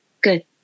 Good